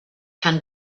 can